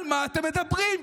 על מה אתם מדברים?